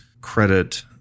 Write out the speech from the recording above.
credit